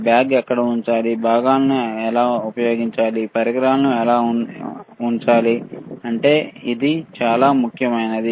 bag ఎక్కడ ఉంచాలి భాగాలను ఎలా ఉపయోగించాలి పరికరాలను ఎలా ఉంచాలి అంటే ఇది చాలా ముఖ్యమైనది